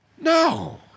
No